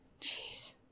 Jeez